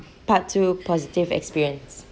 part two positive experience